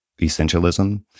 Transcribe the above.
essentialism